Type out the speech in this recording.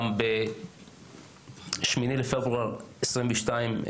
ב-8 לפברואר 2022,